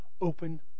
open